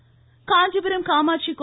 ஆப்டெக்ஸ் Kanchipuram Kamatchi கோ